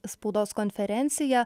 spaudos konferencija